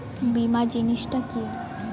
বীমা জিনিস টা কি?